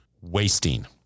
wasting